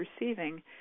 receiving